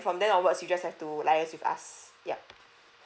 from there onwards you just have to liaise with us yup